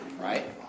right